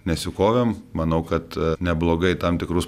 nesikovėm manau kad neblogai tam tikrus